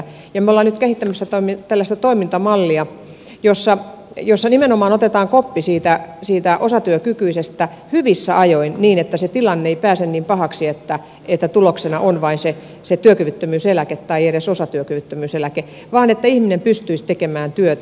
me olemme nyt kehittämässä tällaista toimintamallia jossa nimenomaan otetaan koppi siitä osatyökykyisestä hyvissä ajoin niin että se tilanne ei pääse niin pahaksi että tuloksena on vain se työkyvyttömyyseläke tai edes osatyökyvyttömyyseläke vaan ihminen pystyisi tekemään työtä